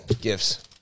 gifts